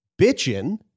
bitchin